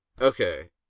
okay